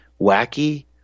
wacky